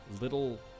little